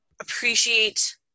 appreciate